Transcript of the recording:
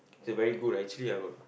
it's a very good actually I got